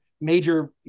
major